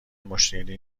مشکلی